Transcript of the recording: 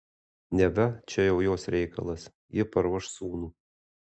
neva čia jau jos reikalas ji paruoš sūnų